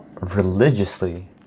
religiously